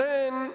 לכן,